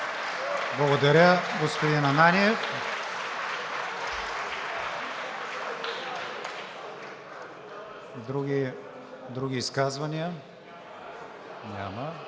Благодаря, господин Ананиев. Други изказвания? Няма.